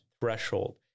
threshold